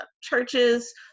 churches